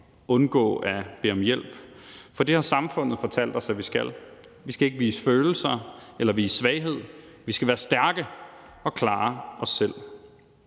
undgå at bede om hjælp. For det har samfundet fortalt os at vi skal. Vi skal ikke vise følelser eller vise svaghed. Vi skal være stærke og klare os selv.